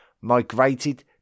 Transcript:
migrated